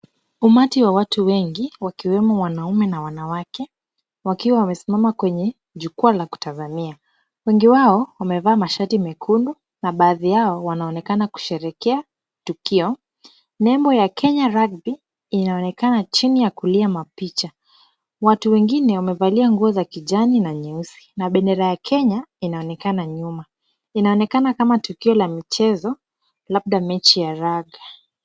Umati wa watu wengi wakiwemo wanaume na wanawake wakiwa wamesimama kwenye jukwaa la kutazamia. Wengi wao wamevaa shati mekundu na baadhi yao wanaonekana kusherehekea tukio. Nembo ya Kenya Rugby inaonekana chini ya kulia mapicha. Watu wengine wamevalia nguo za kijani na nyeusi na bendera ya Kenya inaonekana nyuma. Inaonekana kama tukio la michezo labda tukio la raga.